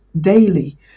daily